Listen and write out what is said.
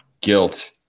guilt